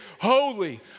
holy